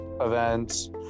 events